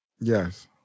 Yes